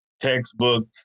textbook